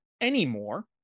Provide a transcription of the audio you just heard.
anymore